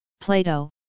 Plato